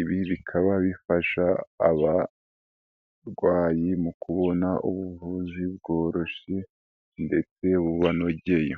ibi bikaba bifasha abarwayi mu kubona ubuvuzi bworoshye ndetse bubanogeye.